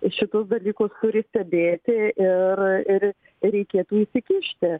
į šitus dalykus turi stebėti ir ir reikėtų įsikišti